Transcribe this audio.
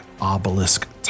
obelisk